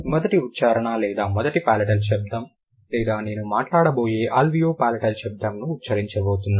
మొదటి ఉచ్ఛారణ లేదా మొదటి పాలటల్ శబ్దం లేదా నేను మాట్లాడబోయే ఆల్వియోపాలాటల్ శబ్దంను ఉచ్చరించబోతున్నాను